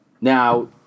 Now